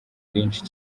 bwinshi